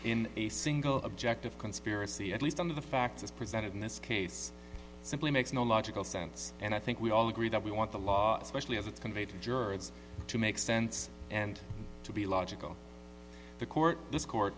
in a single objective conspiracy at least on the facts as presented in this case simply makes no logical sense and i think we all agree that we want the law especially as it conveyed to jurors to make sense and to be logical the court this court